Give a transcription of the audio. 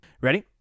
ready